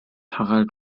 harald